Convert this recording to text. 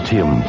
Tim